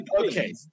Okay